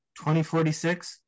2046